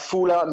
עפולה,